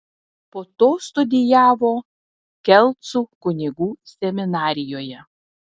po to studijavo kelcų kunigų seminarijoje